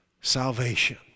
salvation